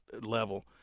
level